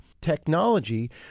Technology